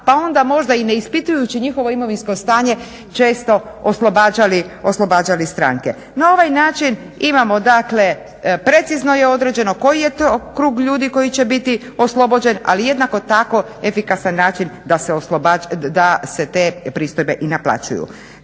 pa onda možda i ne ispitujući njihovo imovinsko stanje često oslobađali stranke. Na ovaj način imamo, dakle, precizno je određeno koji je to krug ljudi koji će biti oslobođen, ali jednako tako efikasan način da se te pristojbe i naplaćuju.